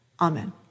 Amen